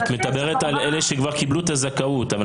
את מדברת על אלה שכבר קיבלו את הזכאות.